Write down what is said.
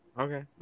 Okay